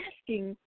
asking